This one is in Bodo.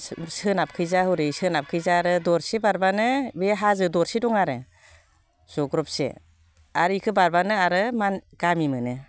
सोनाबखैजा हरै सोनाबखैजा आरो दरसे बारबानो बे हाजो दरसे दं आरो जग्रबसे आरो बेखौ बारबानो आरो गामि मोनो